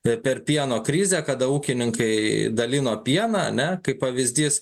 a per pieno krizę kada ūkininkai dalino pieną ane kaip pavyzdys